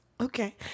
Okay